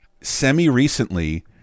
semi-recently